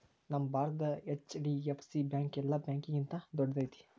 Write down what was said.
ನಮ್ಮ ಭಾರತದ HDFC bank ಯೆಲ್ಲಾ ಬ್ಯಾಂಕ್ಗಿಂತಾ ದೊಡ್ದೈತಿ